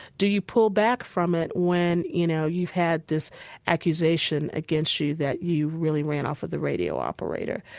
do you pull back from it when, you know, you've had this accusation against you that you really ran off with the radio operator?